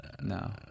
no